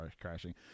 crashing